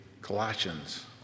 Colossians